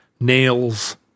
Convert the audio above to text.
Nails